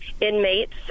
inmates